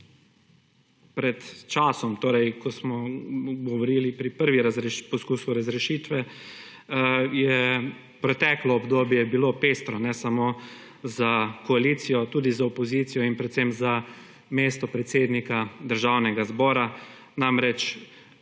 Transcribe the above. pred časom torej, ko smo govorili pri prvem poizkusu razrešitve je preteklo obdobje bilo pestro ne samo za koalicijo tudi za opozicijo in predvsem za mesto predsednika Državnega zbora namreč